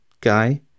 guy